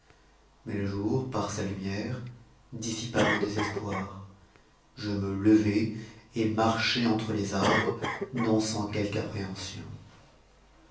mais le jour par sa lumière dissipa mon désespoir je me levai et marchai entre les arbres non sans quelque appréhension